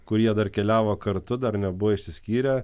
kurie dar keliavo kartu dar nebuvo išsiskyrę